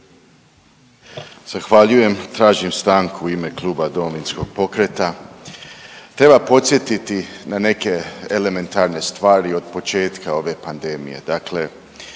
Zahvaljujem. Tražim stanku u ime Kluba Domovinskog pokreta. Treba podsjetiti na neke elementarne stvari od početka ove pandemije.